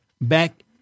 back